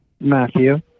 Matthew